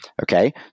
Okay